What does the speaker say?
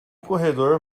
corredor